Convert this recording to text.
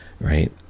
right